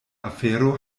afero